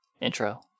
Intro